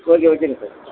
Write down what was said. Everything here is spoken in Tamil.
ஓகே ஓகேங்க சார்